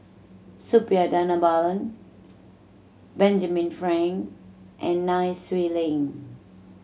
Suppiah Dhanabalan Benjamin Frank and Nai Swee Leng